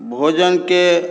भोजनके